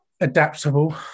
adaptable